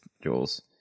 Jules